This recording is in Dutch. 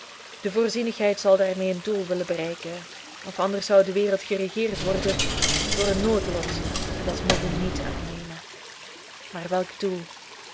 de voorzienigheid zal daarmee een doel willen bereiken of anders zou de wereld geregeerd worden door een noodlot en dat mogen we niet aannemen maar welk doel